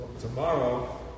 tomorrow